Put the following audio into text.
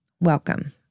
welcome